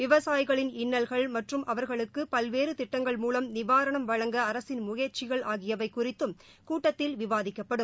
விவசாயிகளின் இன்னல்கள் மற்றும் அவர்களுக்கு பல்வேறு திட்டங்கள் மூலம் நிவாரணம் வழங்க அரசின் முயற்சிகள் ஆகியவை குறித்தும் கூட்டத்தில் விவாதிக்கப்படும்